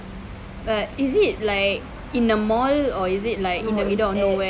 but is it like in a mall or is it like in the middle of nowhere